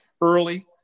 early